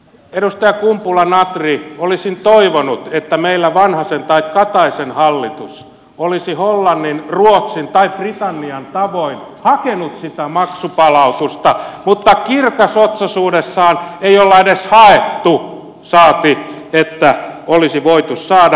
edustaja kumpula natri olisin toivonut että meillä vanhasen tai kataisen hallitus olisi hollannin ruotsin tai britannian tavoin hakenut sitä maksupalautusta mutta kirkasotsaisuudessaan eivät ole edes hakeneet saati että olisi voitu saada